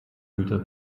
güter